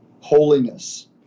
holiness